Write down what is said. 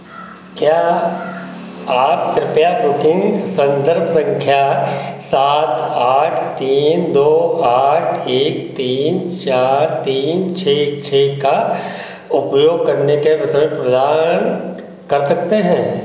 क्या आप कृपया बुकिंग संदर्भ संख्या सात आठ तीन दो आठ एक तीन चार तीन छः छः का उपयोग करने के वितरण प्रदान कर सकते हैं